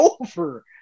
over